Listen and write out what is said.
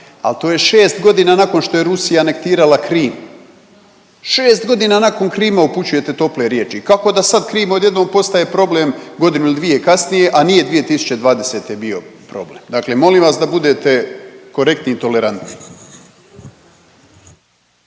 Ali to je 6 godina nakon što je Rusija anektirala Krim. 6 godina nakon Krima upućujete tople riječi. Kako da sad Krim odjednom postaje problem godinu ili dvije kasnije, a nije 2020. bio problem. Dakle molim vas da budete korektni i tolerantni.